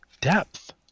depth